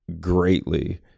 greatly